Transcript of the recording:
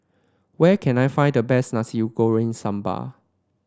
where can I find the best Nasi Goreng Sambal